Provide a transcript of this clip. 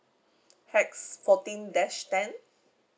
hex fourteen dash ten